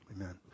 Amen